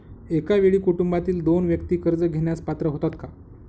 एका वेळी कुटुंबातील दोन व्यक्ती कर्ज घेण्यास पात्र होतात का?